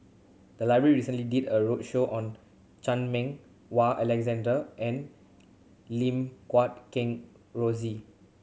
the library recently did a roadshow on Chan Meng Wah Alexander and Lim Guat Kheng Rosie